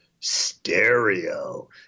stereo